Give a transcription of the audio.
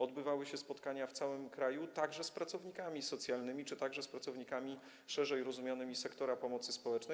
Odbywały się spotkania w całym kraju, także z pracownikami socjalnymi czy z pracownikami, szerzej rozumianymi, sektora pomocy społecznej.